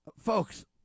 Folks